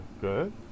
Good